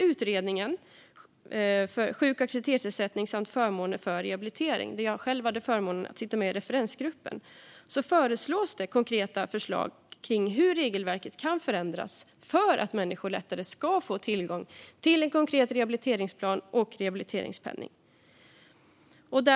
Utredningen om sjuk och aktivitetsersättning samt förmåner vid rehabilitering - jag hade förmånen att sitta med i referensgruppen - har konkreta förslag kring hur regelverket kan förändras för att människor lättare ska få tillgång till en konkret rehabiliteringsplan och rehabiliteringspenning.